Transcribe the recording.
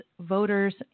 Voters